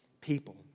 people